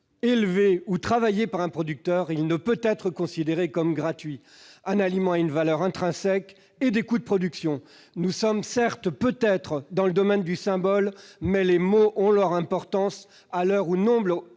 élevées ou travaillées par un producteur, il ne peut être considéré comme gratuit. Un aliment a une valeur intrinsèque et un coût de production. Nous sommes peut-être dans le domaine du symbole, mais les mots ont leur importance, à l'heure où nombre